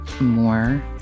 more